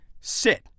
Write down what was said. Sit